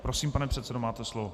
Prosím, pane předsedo, máte slovo.